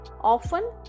often